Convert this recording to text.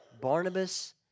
Barnabas